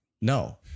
No